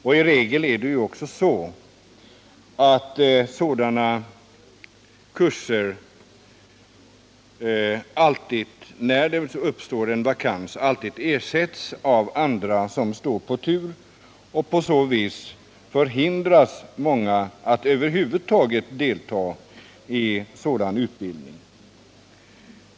Om någon uteblir från en sådan facklig kurs, så ersätts i regel han eller hon av någon annan som står i tur att få delta. På så vis förhindras många att över huvud taget delta i sådana studier.